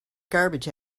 garbage